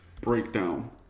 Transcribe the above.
breakdown